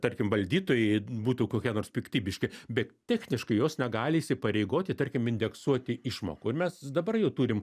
tarkim valdytojai būtų kokie nors piktybiški bet techniškai jos negali įsipareigoti tarkim indeksuoti išmokų ir mes dabar jau turim